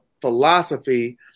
philosophy